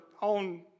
on